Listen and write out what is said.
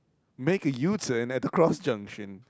make a you turn at the cross junction